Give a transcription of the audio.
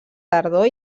tardor